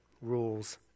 rules